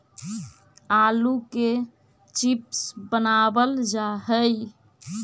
आलू के चिप्स बनावल जा हइ